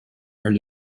are